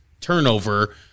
turnover